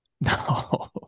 No